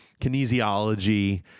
kinesiology